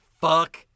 fuck